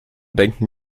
denken